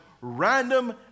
random